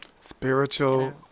Spiritual